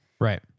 Right